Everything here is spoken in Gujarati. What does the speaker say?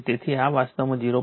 તેથી આ વાસ્તવમાં 0